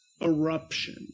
eruption